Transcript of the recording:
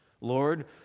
Lord